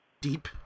deep